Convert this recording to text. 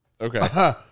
Okay